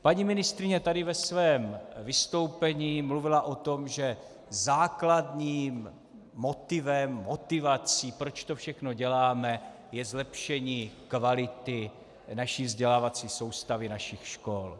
Paní ministryně tady ve svém vystoupení mluvila o tom, že základním motivem, motivací, proč to všechno děláme, je zlepšení kvality vzdělávací soustavy našich škol.